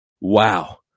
wow